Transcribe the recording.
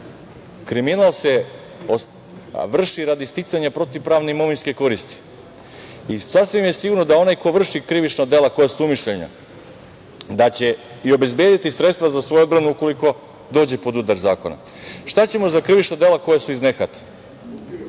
Kriminal se vrši radi sticanja protiv pravne koristi i sasvim je sigurno da onaj ko vrši krivična dela za koja se sumnjiči da će i obezbediti sredstva za svoju odbranu ukoliko dođe pod udar zakona. Šta ćemo za krivična dela koja su ih nehata?